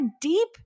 deep